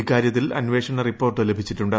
ഇക്കാര്യത്തിൽ അന്വേഷണ റിപ്പോർട്ട് ലഭിച്ചിട്ടുണ്ട്